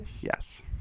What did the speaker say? Yes